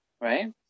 right